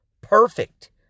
perfect